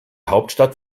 hauptstadt